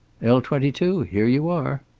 l twenty two? here you are.